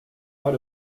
out